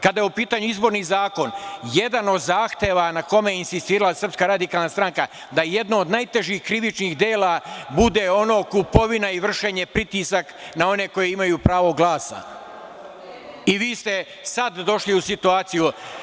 Kada je u pitanju izborni zakon, jedan od zahteva na kome je insistirala SRS, da jedno od najtežih krivičnih dela, bude ono kupovina i vršenje pritisaka na one koji imaju pravo glasa i vi ste sada došli u situaciju.